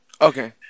Okay